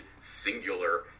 singular